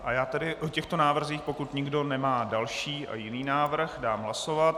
O těchto návrzích, pokud nikdo nemá další a jiný návrh, dám hlasovat.